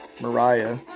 Mariah